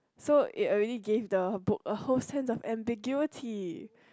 so it already gave the book a whole sense of ambiguity